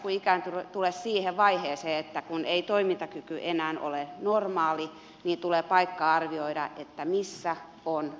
kun ikääntyvä tulee siihen vaiheeseen että toimintakyky ei enää ole normaali tulee paikka arvioida missä on se koti